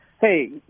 Hey